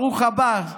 ברוך הבא,